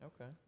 Okay